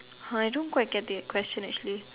[huh] I don't quite get the question actually